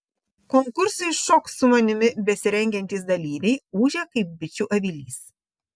konkursui šok su manimi besirengiantys dalyviai ūžia kaip bičių avilys